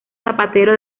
zapatero